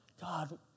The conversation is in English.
God